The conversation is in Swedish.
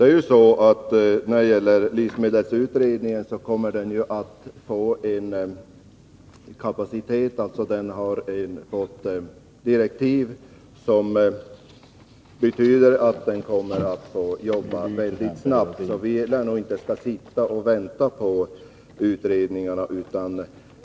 Fru talman! Livsmedelsutredningen kommer att få en hög kapacitet. Den har getts direktiv som betyder att den skall jobba mycket snabbt, så vi lär nog inte få sitta och vänta på den utredningen.